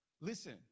listen